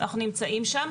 אנחנו נמצאים שם.